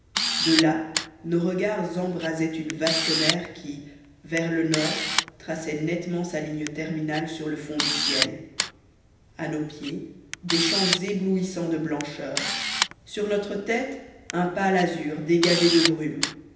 de là nos regards embrassaient une vaste mer qui vers le nord traçait nettement sa ligne terminale sur le fond du ciel a nos pieds des champs éblouissants de blancheur sur notre tête un pâle azur dégagé de brumes